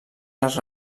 les